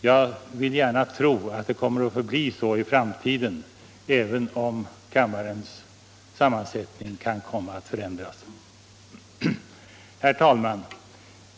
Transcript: Jag vill gärna tro att det kommer att förbli så i framtiden även om kammarens sammansättning kan komma att förändras. Herr talman!